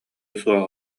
суох